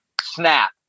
snap